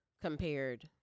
compared